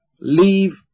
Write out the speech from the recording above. leave